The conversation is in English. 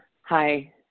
Hi